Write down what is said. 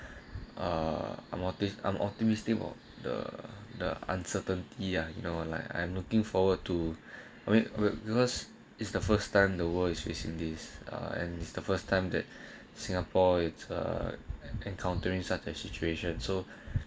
uh I'm artist I'm optimistic of the the uncertainty ya you know like I'm looking forward to wait because it's the first time the world is facing this uh and it's the first time that singapore it's uh and encountering such as situation so